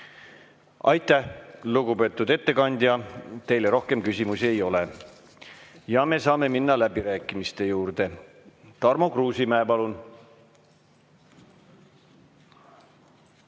Aitäh! Lugupeetud ettekandja, teile rohkem küsimusi ei ole. Me saame minna läbirääkimiste juurde. Tarmo Kruusimäe, palun!